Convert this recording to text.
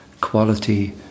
quality